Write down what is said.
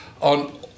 on